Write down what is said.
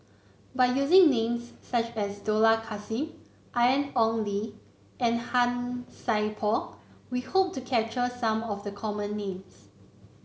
by using names such as Dollah Kassim Ian Ong Li and Han Sai Por we hope to capture some of the common names